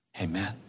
Amen